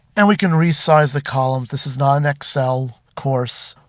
and we can resize the columns. this is not an excel course,